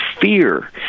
fear